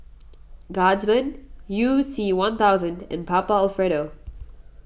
Guardsman You C one thousand and Papa Alfredo